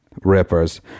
rippers